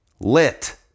lit